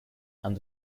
and